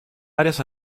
áreas